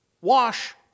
wash